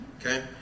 Okay